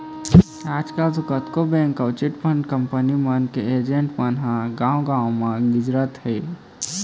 आजकल तो कतको बेंक अउ चिटफंड कंपनी मन के एजेंट मन ह गाँव गाँव म गिंजरत हें